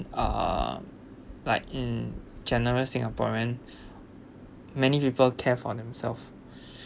uh like in general singaporean many people care for themselves